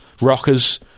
Rockers